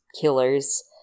killers